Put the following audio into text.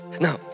Now